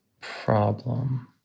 problem